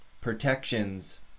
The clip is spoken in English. protections